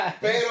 pero